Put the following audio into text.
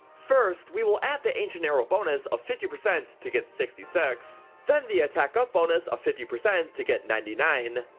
first we will add the ancient arrow bonus of fifty percent to get sixty six, then the attack up bonus of fifty percent to get ninety nine,